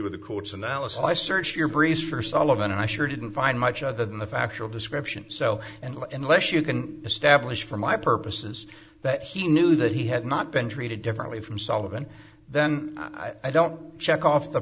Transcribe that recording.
with the court's analysis i searched your brief for solomon and i sure didn't find much other than the factual description so and unless you can establish for my purposes that he knew that he had not been treated differently from sullivan then i don't check off the